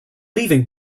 leaving